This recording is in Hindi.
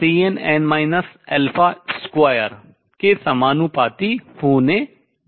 2 के समानुपाती होने जा रही है